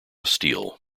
steel